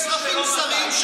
אלה אזרחים זרים,